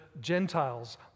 Gentiles